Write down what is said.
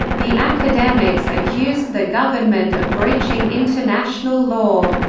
the academics accused the government of breaching international law.